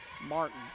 Martin